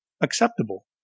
acceptable